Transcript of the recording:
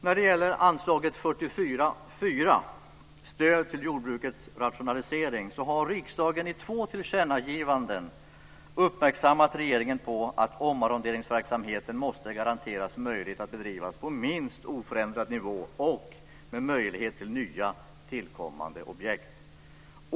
När det gäller anslaget 44:4, Stöd till jordbrukets rationalisering, har riksdagen i två tillkännagivanden uppmärksammat regeringen på att omarronderingsverksamheten måste garanteras möjlighet att bedrivas på minst oförändrad nivå och med möjlighet till tillkommande projekt.